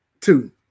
two